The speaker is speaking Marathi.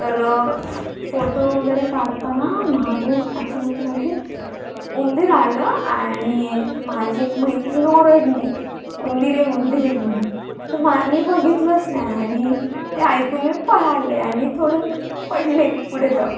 तर फोटो वगैरे काढताना मागून अचानकमध्ये उंदीर आलं आणि माझी एक मैत्रीण ओरडली उंदीर आहे उंदीर आहे म्हणून तर मा मी बघितलंच नाही आणि ते ऐकून मी पळाले आणि थोडं पडले पुढे जाव